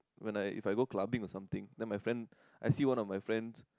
when I if I go clubbing or something then my friend I see one of my friend